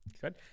good